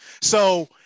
So-